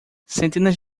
centenas